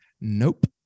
nope